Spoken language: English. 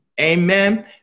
Amen